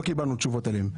לא קיבלנו תשובות עליהן.